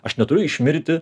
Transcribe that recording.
aš neturiu išmirti